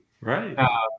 Right